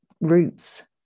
roots